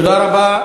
תודה רבה.